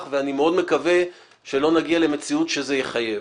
ואני מאוד מקווה שלא נגיע למציאות שזה יחייב.